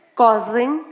causing